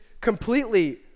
completely